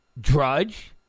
Drudge